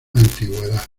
antigüedad